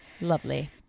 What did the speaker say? Lovely